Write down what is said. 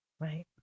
right